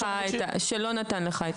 שלא נתן להם את